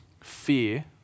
fear